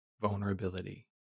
vulnerability